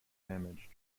damage